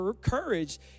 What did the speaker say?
courage